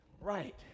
right